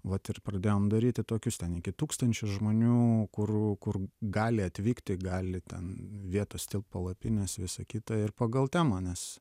vat ir pradėjom daryti tokius ten iki tūkstančių žmonių kur kur gali atvykti gali ten vietos tilpt palapinės visą kitą ir pagal temą nes